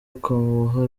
ukamuha